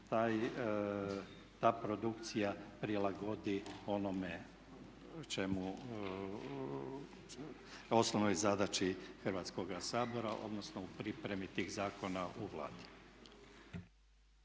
ta produkcija prilagodi osnovnoj zadaći Hrvatskoga sabora odnosno u pripremi tih zakona u Vladi.